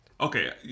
Okay